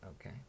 Okay